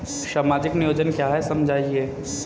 सामाजिक नियोजन क्या है समझाइए?